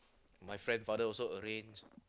my friend father also arranged